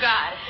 God